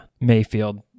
Mayfield